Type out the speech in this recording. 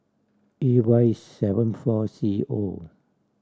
A Y seven four C O